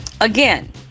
again